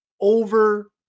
over